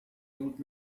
old